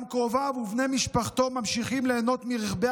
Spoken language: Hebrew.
וגם קרוביו ובני משפחתו ממשיכים ליהנות מרכבי